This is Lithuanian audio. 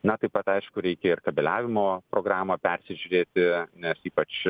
na taip pat aišku reikia ir kabeliavimo programą persižiūrėti nes ypač